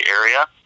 area